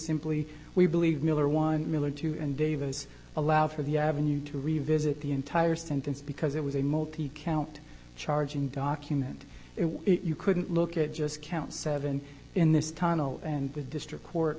simply we believe miller won miller too and davis allowed for the avenue to revisit the entire sentence because it was a multi count charging document you couldn't look at just count seven in this tunnel and the district court